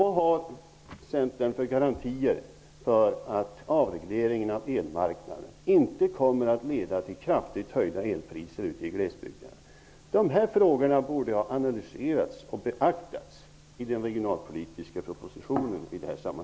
Vad har Centern för garantier för att avregleringen av elmarknaden inte kommer att leda till kraftigt höjda elpriser ute i glesbygderna? De här frågorna borde ha analyserats och beaktats i den regionalpolitiska propositionen.